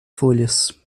folhas